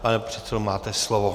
Pane předsedo, máte slovo.